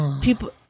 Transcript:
people